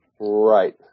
Right